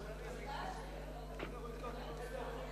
עם השאילתות?